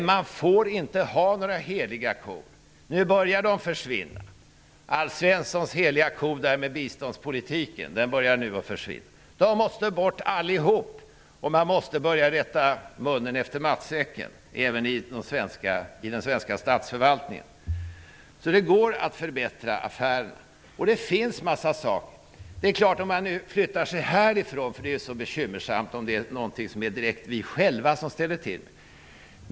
Man får inte ha några heliga kor. Nu börjar de försvinna. Alf Svenssons heliga ko när det gäller biståndspolitiken börjar försvinna. Allt detta måste bort, och man måste börja rätta mun efter matsäcken även i den svenska statsförvaltningen. Det går att förbättra affärerna. Det finns en mängd åtgärder man kan vidta. Man kan förflytta perspektivet härifrån. Det är ju så bekymmersamt om det gäller någonting som vi själva direkt har ställt till med.